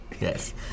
Yes